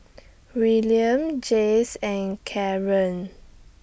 William Jayce and Karan